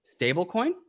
stablecoin